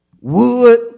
wood